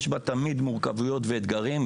יש בה תמיד מורכבויות ואתגרים,